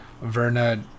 Verna